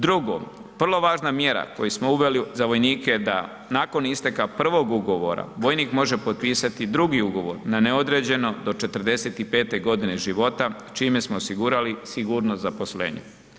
Drugo, vrlo važna mjera koju smo uveli za vojnike da nakon isteka prvog ugovora, vojnik može potpisati drugi ugovor na neodređeno do 45.g. života, čime smo osigurali sigurnost zaposlenja.